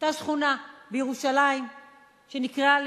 היתה שכונה בירושלים שנקראה ליפתא,